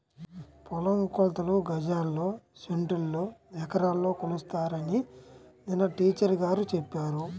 పొలం కొలతలు గజాల్లో, సెంటుల్లో, ఎకరాల్లో కొలుస్తారని నిన్న టీచర్ గారు చెప్పారు